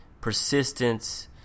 persistence